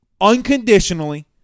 unconditionally